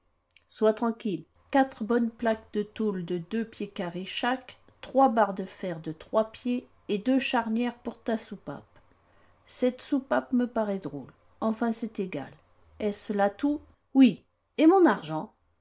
sois tranquille quatre bonnes plaques de tôle de deux pieds carrés chaque trois barres de fer de trois pieds et deux charnières pour ta soupape cette soupape me paraît drôle enfin c'est égal est-ce là tout oui et mon argent